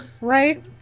Right